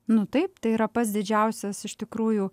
nu taip tai yra pats didžiausias iš tikrųjų